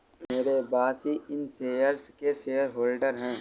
मेरे बॉस ही इन शेयर्स के शेयरहोल्डर हैं